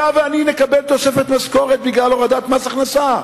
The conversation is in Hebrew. אתה ואני נקבל תוספת משכורת בגלל הורדת מס הכנסה,